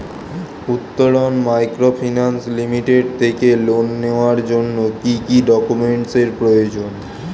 Uttaran microfinance limited থেকে loan নেওয়ার জন্য কি কি ডকুমেন্টস এর প্রয়োজন?